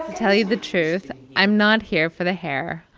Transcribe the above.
tell you the truth, i'm not here for the hair.